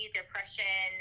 depression